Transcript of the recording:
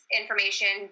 information